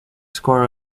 score